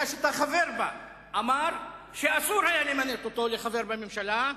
שאתה חבר בה אמר שאסור היה למנות אותו לחבר בממשלה,